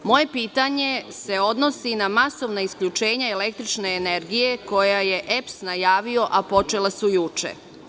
Moje pitanje se odnosi na masovna isključenja električne energije, koja je EPS najavio a počela su juče.